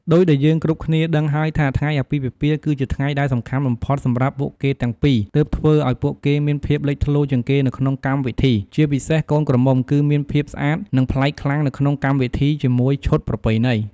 ដូចដែរយើងគ្រប់គ្នាដឹងហើយថា ថ្ងៃអាពាហ៍ពិពាហ៍គឺថ្ងៃដែលសំខាន់បំផុតសម្រាប់ពួកគេទាំងពីរ ទើបធ្វើឲ្យពួកគេមានភាពលេចធ្លោជាងគេនៅក្នុងកម្មវិធី ជាពិសេសកូនក្រមុំ គឺមានភាពស្អាតនិងប្លែកខ្លាំងនៅក្នុងកម្មវិធីជាមួយឈុតប្រពៃណី។